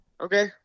Okay